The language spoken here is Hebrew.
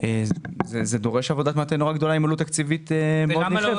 זה דורש עבודת מטה נורא גדולה עם עלות תקציבית מאוד נרחבת.